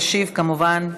ישיב, כמובן,